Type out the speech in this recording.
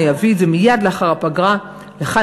אני אביא את זה מייד לאחר הפגרה לכאן,